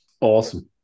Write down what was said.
awesome